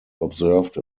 observed